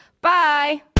bye